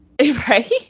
right